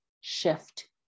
shift